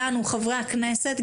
חברי הכנסת,